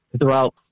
throughout